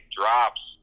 drops